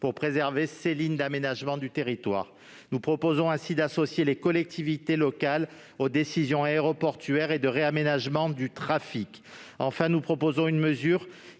à préserver ces lignes d'aménagement du territoire. Nous proposons ainsi d'associer les collectivités locales aux décisions aéroportuaires et de réaménagement du trafic. Enfin, nous proposons une mesure